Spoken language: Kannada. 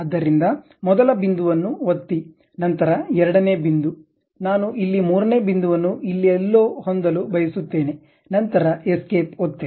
ಆದ್ದರಿಂದ ಮೊದಲ ಬಿಂದುವನ್ನು ಒತ್ತಿ ನಂತರ ಎರಡನೇ ಬಿಂದು ನಾನು ಇಲ್ಲಿ ಮೂರನೇ ಬಿಂದುವನ್ನು ಇಲ್ಲಿ ಎಲ್ಲೋ ಹೊಂದಲು ಬಯಸುತ್ತೇನೆ ನಂತರ ಎಸ್ಕೇಪ್ ಒತ್ತಿರಿ